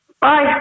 Bye